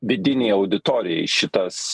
vidinei auditorijai šitas